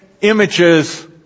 images